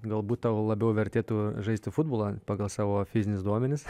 galbūt tau labiau vertėtų žaisti futbolą pagal savo fizinius duomenis